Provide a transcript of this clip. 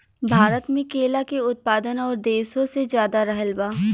भारत मे केला के उत्पादन और देशो से ज्यादा रहल बा